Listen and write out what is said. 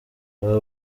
aba